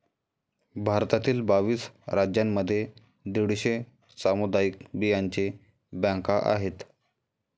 भारतातील बावीस राज्यांमध्ये दीडशे सामुदायिक बियांचे बँका आहेत